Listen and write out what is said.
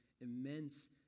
immense